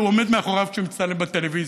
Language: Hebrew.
עומד מאחוריו כשהוא מצטלם בטלוויזיה,